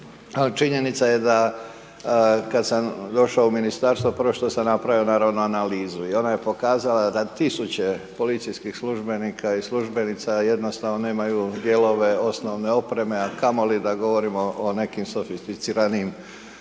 činjenica je da kada sam došao u ministarstvo, prvo što sam napravio, naravno analizu i ona je pokazala da tisuće policijskih službenika i službenica, jednostavno nemaju dijelove osnovne opreme a kamo li da govorimo o nekim softiciranijim dijelovima